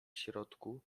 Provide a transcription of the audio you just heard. środku